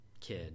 kid